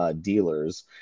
dealers